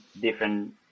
different